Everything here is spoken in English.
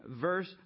verse